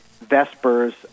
Vespers